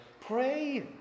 Pray